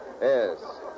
Yes